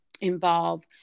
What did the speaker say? involve